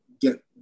get